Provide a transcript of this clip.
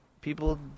people